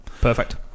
Perfect